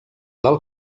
del